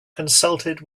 consulted